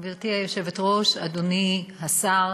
גברתי היושבת-ראש, אדוני השר,